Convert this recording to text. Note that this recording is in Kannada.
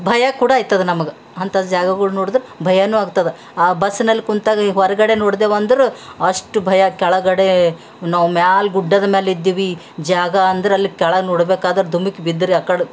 ಭಯ ಕೂಡ ಆಯ್ತದ ನಮ್ಗೆ ಅಂಥ ಜಾಗಗಳ್ನ ನೋಡಿದ್ರೆ ಭಯನೂ ಆಗ್ತದ ಆ ಬಸ್ನಲ್ಲಿ ಕುಂತಾಗ ಹೊರಗಡೆ ನೋಡಿದೇವಂದ್ರೆ ಅಷ್ಟು ಭಯ ಕೆಳಗಡೆ ನಾವು ಮ್ಯಾಲ ಗುಡ್ಡದ ಮ್ಯಾಲಿದ್ದೀವಿ ಜಾಗ ಅಂದ್ರೆ ಅಲ್ಲಿ ಕೆಳಗೆ ನೋಡ್ಬೇಕಾದ್ರೆ ಧುಮುಕಿ ಬಿದ್ರೆ ಆ ಕಡೆ